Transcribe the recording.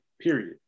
period